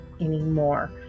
anymore